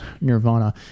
Nirvana